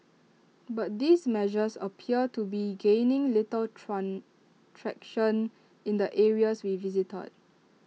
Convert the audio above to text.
but these measures appear to be gaining little traction in the areas we visited